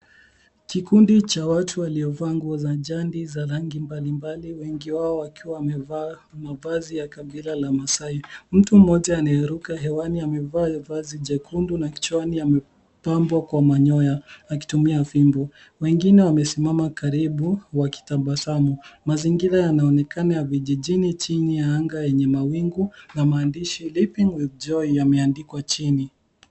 Kikundi cha watu waliovaa nguo za jadi za rangi mbalimbali; wengi wao wakiwa wamevaa mavazi ya kabila la maasai. Mtu mmoja anayeruka hewani amevaa vazi jekundu na kichwani amepambwa kwa manyoya, akitumia fimbo. Wengine wanasimama karibu wakitabasamu. Mazingira yanaonekana ya vijijini chini ya anga yenye mawingu na maandishi Leaping with joy yameandikwa chini.